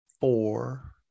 four